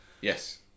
Yes